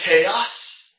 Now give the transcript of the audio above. chaos